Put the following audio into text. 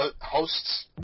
hosts